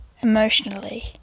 emotionally